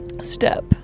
step